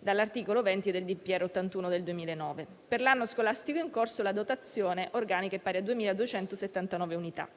della Repubblica n. 81 del 2009. Per l'anno scolastico in corso, la dotazione organica è pari a 2.279 unità.